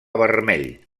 vermell